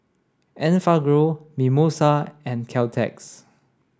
Enfagrow Mimosa and Caltex